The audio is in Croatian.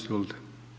Izvolite.